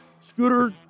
Scooter